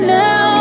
now